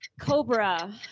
Cobra